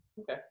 Okay